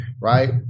right